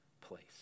place